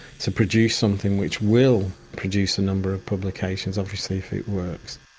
to produce something which will produce a number of publications, obviously if it works.